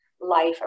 life